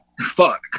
Fuck